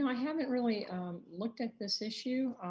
haven't really looked at this issue.